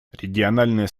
региональное